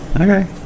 Okay